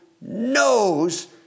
knows